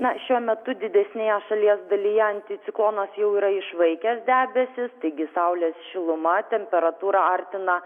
na šiuo metu didesnėje šalies dalyje anticiklonas jau yra išvaikęs debesis taigi saulės šiluma temperatūra artina